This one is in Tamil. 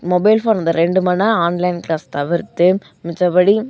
மொபைல் ஃபோன் இந்த ரெண்டு மணி நேரம் ஆன்லைன் கிளாஸ் தவிர்த்து மிச்சப்படி